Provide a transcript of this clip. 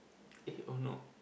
eh oh no